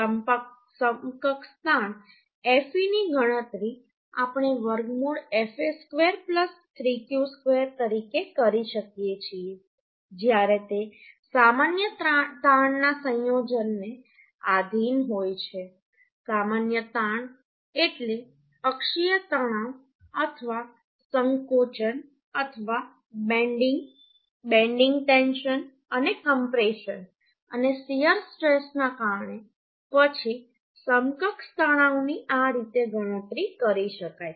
સમકક્ષ તાણ fe ની ગણતરી આપણે વર્ગમૂળ fa ² 3q ² તરીકે કરી શકીએ છીએ જ્યારે તે સામાન્ય તાણના સંયોજનને આધિન હોય છે સામાન્ય તાણ એટલે અક્ષીય તણાવ અથવા સંકોચન અથવા બેન્ડિંગ બેન્ડિંગ ટેન્શન અને કમ્પ્રેશન અને શીયર સ્ટ્રેસ ના કારણે પછી સમકક્ષ તણાવ ની આ રીતે ગણતરી કરી શકાય